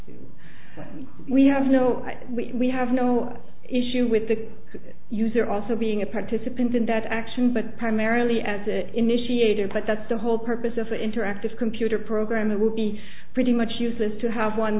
to we have no we have no issue with the user also being a participant in that action but primarily as it initiator but that's the whole purpose of an interactive computer program it would be pretty much useless to have one